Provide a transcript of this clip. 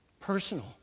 Personal